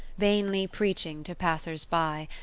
vainly preaching to passers-by,